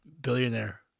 billionaire